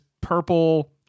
purple